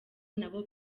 nabo